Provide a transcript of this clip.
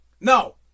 No